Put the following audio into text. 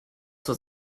zur